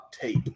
tape